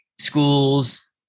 schools